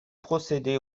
procéder